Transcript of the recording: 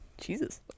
Jesus